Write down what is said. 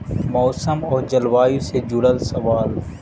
मौसम और जलवायु से जुड़ल सवाल?